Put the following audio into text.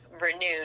renewed